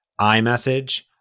iMessage